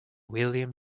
william